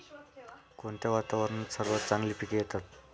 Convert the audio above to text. कोणत्या वातावरणात सर्वात चांगली पिके येतात?